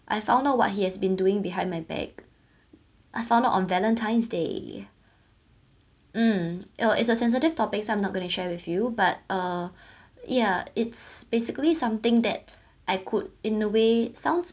I found out what he has been doing behind my back I found out on valentine's day um it was it's a sensitive topics I'm not going to share with you but uh yeah it's basically something that I could in a way sounds